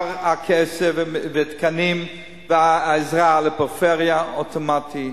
בעיקר כסף ותקנים ועזרה לפריפריה אוטומטית,